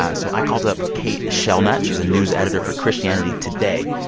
ah so i called up kate shellnutt. she's a news editor for christianity today.